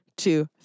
Two